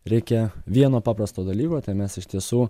reikia vieno paprasto dalyko mes iš tiesų